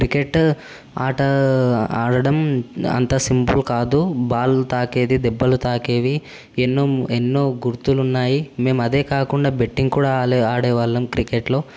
cricket ఆట ఆడడం అంత సింపుల్ కాదు బాలు తాకేది దెబ్బలు తాకేవి ఎన్నో ఎన్నో గుర్తులున్నాయి మేం అదే కాకుండా బెట్టింగ్ కూడా ఆడే వాళ్ళం క్రికెట్లో